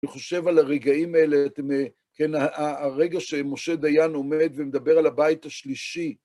אני חושב על הרגעים האלה, כן, הרגע שמשה דיין עומד ומדבר על הבית השלישי.